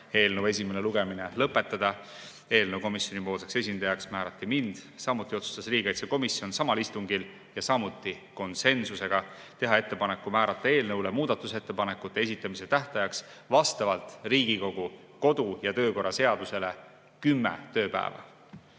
eelnõu esimene lugemine lõpetada. Komisjoni esindajaks määrati mind. Samuti tegi riigikaitsekomisjon samal istungil ja samuti konsensusega otsuse teha ettepanek määrata eelnõu kohta muudatusettepanekute esitamise tähtajaks vastavalt Riigikogu kodu‑ ja töökorra seadusele 10 tööpäeva.